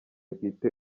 bwite